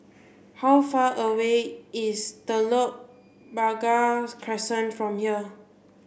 how far away is Telok Blangah Crescent from here